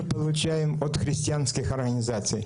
כי